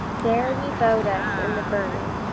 there we bowed us in the burning,